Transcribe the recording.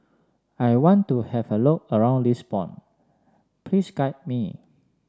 I want to have a look around Lisbon please guide me